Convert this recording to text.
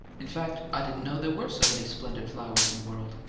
in fact, i didn't know there were so many splendid flowers in the world.